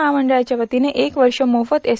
महामंडळाच्यावतीनं एक वर्ष मोफत एस